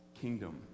Kingdom